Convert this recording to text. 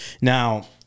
Now